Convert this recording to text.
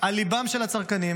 על ליבם של הצרכנים.